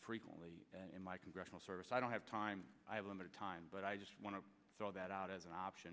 frequently in my congressional service i don't have time i have limited time but i just want to throw that out as an option